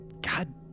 God